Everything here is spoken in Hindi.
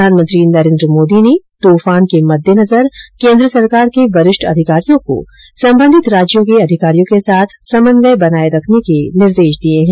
प्रधानमंत्री नरेंद्र मोदी ने तुफान के मद्देनजर केंद्र सरकार के वरिष्ठ अधिकारियों को संबंधित राज्यों के अधिकारियों के साथ समन्वय बनाये रखने के निर्देश दिए हैं